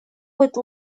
быть